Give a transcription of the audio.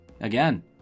again